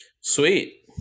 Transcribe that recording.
Sweet